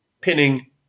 pinning